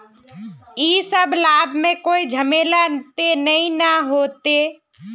इ सब लाभ में कोई झमेला ते नय ने होते?